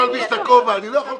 טכניקה.